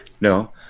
No